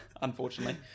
unfortunately